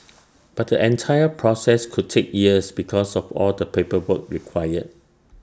but the entire process could take years because of all the paperwork required